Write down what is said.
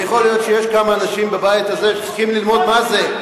ויכול להיות שיש כמה אנשים בבית הזה שצריכים ללמוד מה זה.